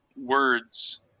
words